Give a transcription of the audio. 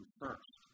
first